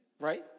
right